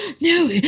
no